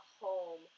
home